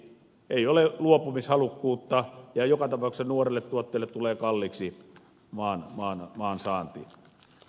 ei ole luopumishalukkuutta ja joka tapauksessa nuorille tuottajille tulee kalliiksi maan saanti